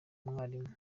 mwarimu